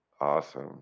Awesome